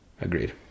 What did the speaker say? agreed